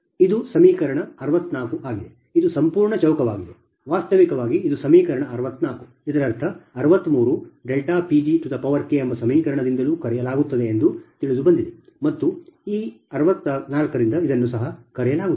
ಇದು ಸಂಪೂರ್ಣ ಚೌಕವಾಗಿದೆ ವಾಸ್ತವವಾಗಿ ಇದು ಸಮೀಕರಣ 64 ಇದರರ್ಥ ಇದನ್ನು 63 Pg ಎಂಬ ಸಮೀಕರಣದಿಂದಲೂ ಕರೆಯಲಾಗುತ್ತದೆ ಎಂದು ತಿಳಿದುಬಂದಿದೆ ಮತ್ತು ಈ 64 ರಿಂದ ಇದನ್ನು ಸಹ ಕರೆಯಲಾಗುತ್ತದೆ